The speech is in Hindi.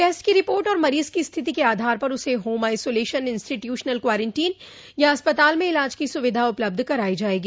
टेस्ट की रिपोर्ट और मरीज की स्थिति के आधार पर उसे होम आइसोलेशन इंस्टीट्यूशनल क्वारेंटीन या अस्पताल में इलाज को सुविधा उपलब्ध कराई जायेगी